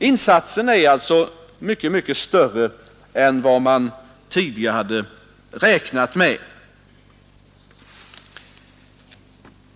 Insatserna är alltså mycket större än vad man tidigare hade räknat med.